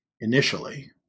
Initially